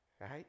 right